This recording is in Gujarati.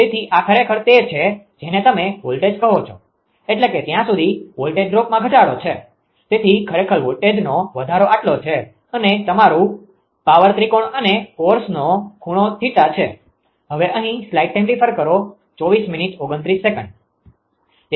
તેથી આ ખરેખર તે છે જેને તમે વોલ્ટેજ કહો છો એટલે કે ત્યાં સુધી વોલ્ટેજ ડ્રોપમાં ઘટાડો છે તેથી ખરેખર વોલ્ટેજનો વધારો આટલો છે અને આ તમારૂ પાવર ત્રિકોણ અને કોર્સનો ખૂણો θ છે